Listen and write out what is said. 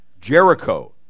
Jericho